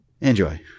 Enjoy